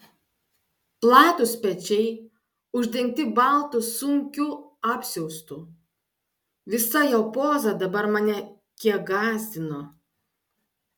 platūs pečiai uždengti baltu sunkiu apsiaustu visa jo poza dabar mane kiek gąsdino